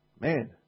Man